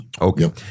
Okay